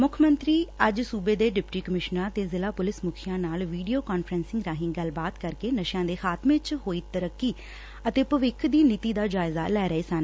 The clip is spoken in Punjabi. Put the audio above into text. ਮੁੱਖ ਮੰਤਰੀ ਅੱਜ ਸੁਬੇ ਦੇ ਡਿਪਟੀ ਕਮਿਸ਼ਨਰਾਂ ਤੇ ਜ਼ਿਲ੍ਹਾ ਪੁਲਿਸ ਮੁੱਖੀਆਂ ਨਾਲ ਵੀਡੀਓ ਕਾਨਫੰਰਸਿੰਗ ਰਾਹੀ ਗੱਲਬਾਤ ਕਰਕੇ ਨਸ਼ਿਆਂ ਦੇ ਖਾਤਮੇ ਚ ਹੋਈ ਤਰੱਕੀ ਅਂਤੇ ਭਵਿੱਖ ਦੀ ਨੀਤੀ ਦਾ ਜਾਇਜ਼ਾ ਲੈ ਰਹੇ ਸਨ